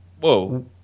Whoa